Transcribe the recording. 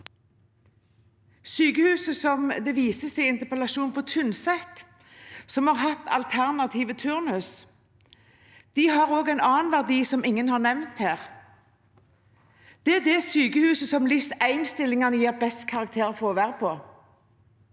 Tynset, som det vises til i interpellasjonen, og som har hatt alternativ turnus, har også en annen verdi som ingen har nevnt her. Det er det sykehuset som LIS1-stillingene gir best karakter for å være på,